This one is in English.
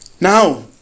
Now